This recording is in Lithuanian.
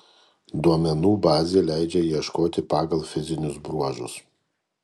duomenų bazė leidžia ieškoti pagal fizinius bruožus